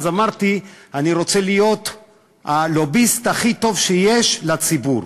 אז אמרתי שאני רוצה להיות הלוביסט הכי טוב שיש לציבור.